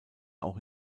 auch